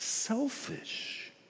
Selfish